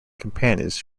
companions